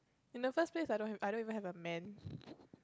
in the first place I don't have I don't even have a man